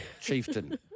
Chieftain